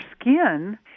skin